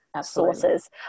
sources